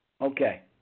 Okay